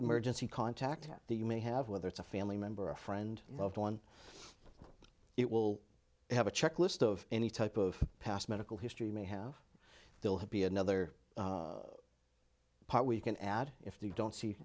emergency contact that the you may have whether it's a family member a friend loved one it will have a checklist of any type of past medical history may have they'll have be another part we can add if you don't see